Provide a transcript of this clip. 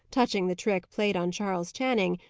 touching the trick played on charles channing,